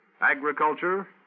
Agriculture